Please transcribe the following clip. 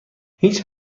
هیچ